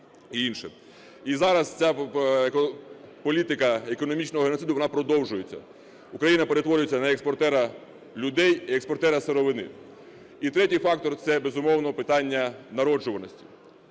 І зараз ця політика економічного геноциду, вона продовжується. Україна перетворюється на експортера людей і експортера сировини. І третій фактор – це, безумовно, питання народжуваності.